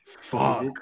Fuck